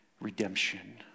redemption